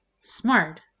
Smart